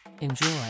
Enjoy